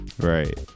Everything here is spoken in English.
Right